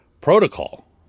protocol